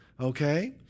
Okay